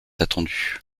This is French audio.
attendue